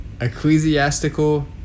ecclesiastical